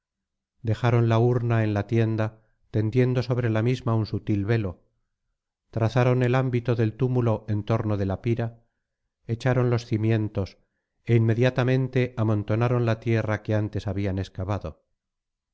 dejaron la urna en la tienda tendiendo sobre la misma un sutil velo trazaron el ámbito del túmulo en torno de la pira echaron los cimientos é inmediatamente amontonaron la tierra que antes habían excavado